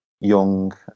young